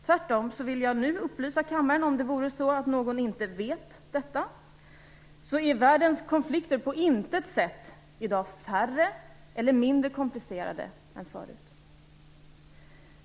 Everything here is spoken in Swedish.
Tvärtom vill jag nu upplysa kammaren, om det vore så att någon inte vet detta, om att världens konflikter i dag på intet sätt är färre eller mindre komplicerade än förut.